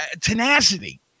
tenacity